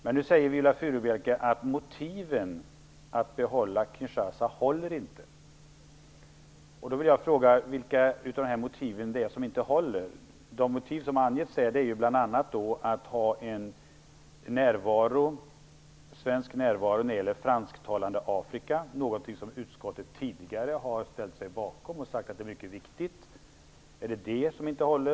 Men Viola Furubjelke säger nu att motiven för att behålla ambassaden i Kinshasa inte håller. Jag vill då fråga vilka motiv som inte håller. De motiv som angetts är bl.a. önskvärdheten av en svensk närvaro i det fransktalande Afrika, något som utskottet tidigare har ställt sig bakom och sagt vara mycket viktigt. Är det detta som inte håller?